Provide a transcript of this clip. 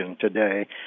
today